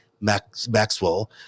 Maxwell